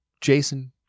jason